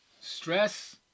stress